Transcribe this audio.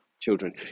children